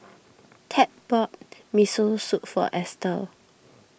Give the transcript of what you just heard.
Ted bought Miso Soup for Estel